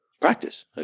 practice